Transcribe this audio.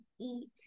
eat